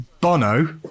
Bono